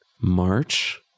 March